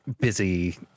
busy